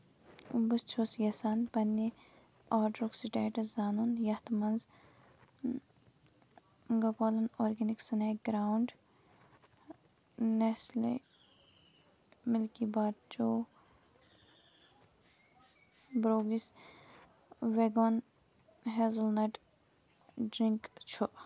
بہٕ چھُس یژھان پننہِ آرڈرُک سٹیٹس زانُن یتھ مَنٛز Gopalan organics snack ground Nestle milky bar choo بوروِس ویگون ہیزٕل نٹ ڈرٛنٛک چھُ